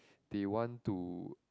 they want to